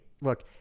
look